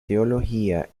teología